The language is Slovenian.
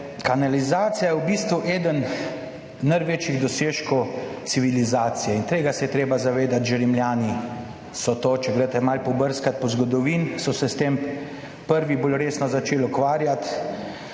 kanalizacija je v bistvu eden največjih dosežkov civilizacije in tega se je treba zavedati, že Rimljani so to, če greste malo pobrskati po zgodovini, so se s tem prvi bolj resno začeli ukvarjati.